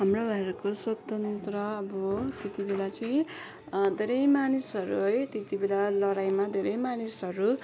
हाम्रो भारतको स्वतन्त्र अब त्यति बेला चाहिँ धेरै मानिसहरू है त्यति बेला लडाइमा धेरै मानिसहरू